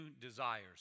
desires